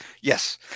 Yes